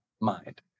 mind